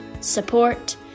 support